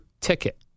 ticket